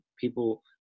people